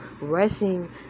rushing